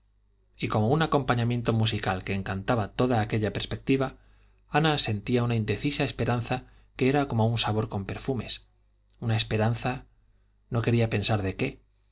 y como un acompañamiento musical que encantaba toda aquella perspectiva ana sentía una indecisa esperanza que era como un sabor con perfumes una esperanza no quería pensar de qué